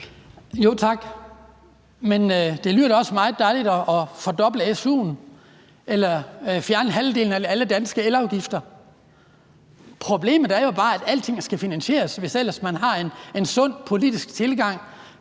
Tak. Men det lyder da også meget dejligt at fordoble su'en eller fjerne halvdelen af alle danske elafgifter. Problemet er jo bare, at alting skal finansieres, hvis man ellers har en sund politisk tilgang